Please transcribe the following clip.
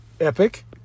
Epic